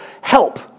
help